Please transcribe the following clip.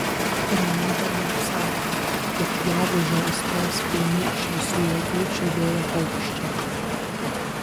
ramybė neapsakoma tik gegužio aistros pilni iš visų jėgų čiulbėjo paukščiai